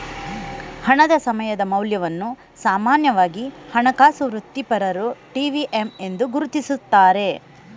ಹಣದ ಸಮಯದ ಮೌಲ್ಯವನ್ನು ಸಾಮಾನ್ಯವಾಗಿ ಹಣಕಾಸು ವೃತ್ತಿಪರರು ಟಿ.ವಿ.ಎಮ್ ಎಂದು ಗುರುತಿಸುತ್ತಾರೆ